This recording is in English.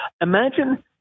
imagine